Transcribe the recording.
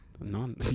None